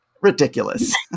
Ridiculous